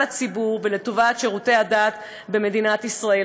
הציבור ולטובת שירותי הדת במדינת ישראל.